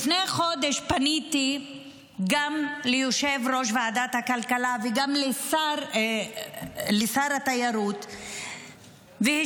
לפני חודש פניתי גם ליושב-ראש ועדת הכלכלה וגם לשר התיירות והשמעתי